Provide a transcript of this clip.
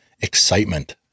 excitement